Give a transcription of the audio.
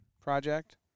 project